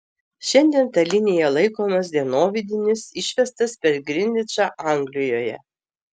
šiandien ta linija laikomas dienovidinis išvestas per grinvičą anglijoje